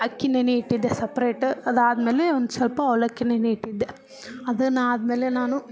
ಅಕ್ಕಿ ನೆನೆ ಇಟ್ಟಿದ್ದೆ ಸಪ್ರೇಟ್ ಅದಾದ್ಮೇಲೆ ಒಂದು ಸ್ವಲ್ಪ ಅವಲಕ್ಕಿ ನೆನೆ ಇಟ್ಟಿದ್ದೆ ಅದನ್ನಾದ್ಮೇಲೆ ನಾನು